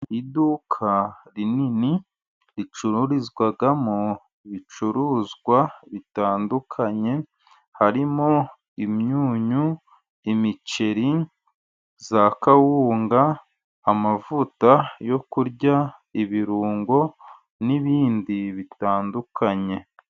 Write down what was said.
Iduka rinini ricururizwamo ibicuruzwa bitandukanye, harimo imyunyu, imiceri, za kawunga, amavuta yo kurya, ibirungo n'ibindi bitandukanye.